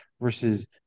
versus